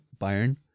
Bayern